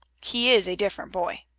he is a different boy.